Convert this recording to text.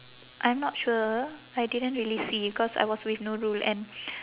I'm not sure I didn't really see cause I was with nurul and